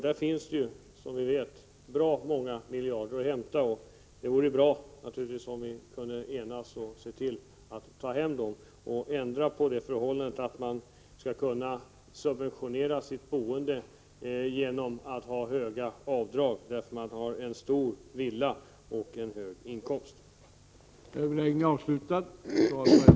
Där finns det som bekant bra många miljarder att hämta, och det vore naturligtvis bra om vi kunde enas om att det är viktigt att ändra på de förhållanden som nu råder, där den som har en stor villa och hög inkomst kan subventionera sitt boende genom att göra stora avdrag.